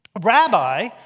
Rabbi